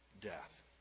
death